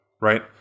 right